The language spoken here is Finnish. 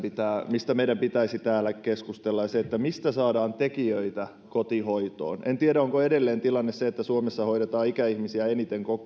mistä meidän pitäisi täällä keskustella ja se mistä saadaan tekijöitä kotihoitoon en tiedä onko edelleen tilanne se että suomessa hoidetaan ikäihmisiä eniten